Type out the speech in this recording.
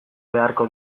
beharko